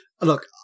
Look